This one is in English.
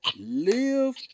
live